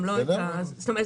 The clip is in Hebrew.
זאת אומרת,